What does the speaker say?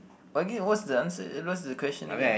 again what's the answer eh what's the question again